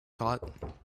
thought